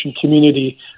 community